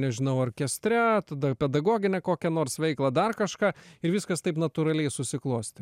nežinau orkestre tada pedagoginę kokią nors veiklą dar kažką ir viskas taip natūraliai susiklostė